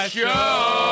show